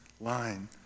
line